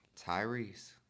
Tyrese